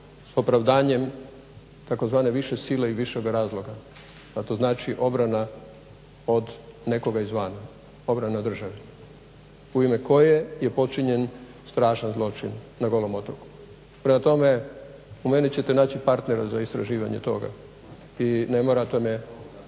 opravdanjem tzv. više sile i višega razloga, a to znači obrana od nekoga izvana, obrana države u ime koje je počinjen strašan zločin na Golom otoku. Prema tome, u meni ćete naći partnera za istraživanje toga. I ne morate me